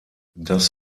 das